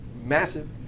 Massive